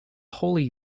holy